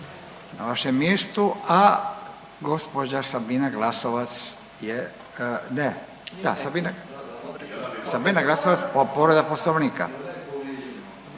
na vaše mjestu, a gđa Sabina Glasovac je, ne, da, Sabina, Sabina Glasovac, povreda Poslovnika.